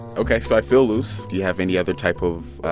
ok. so i feel loose. do you have any other type of,